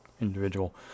individual